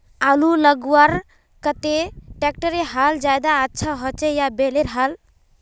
आलूर लगवार केते ट्रैक्टरेर हाल ज्यादा अच्छा होचे या बैलेर हाल?